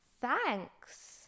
Thanks